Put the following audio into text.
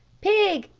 pig,